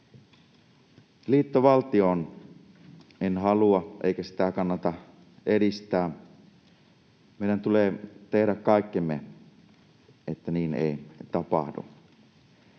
Liittovaltioon en halua, eikä sitä kannata edistää. Meidän tulee tehdä kaikkemme, että niin ei tapahdu.